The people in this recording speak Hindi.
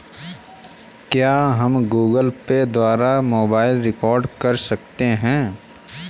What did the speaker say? क्या हम गूगल पे द्वारा मोबाइल रिचार्ज कर सकते हैं?